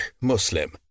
Muslim